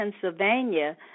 Pennsylvania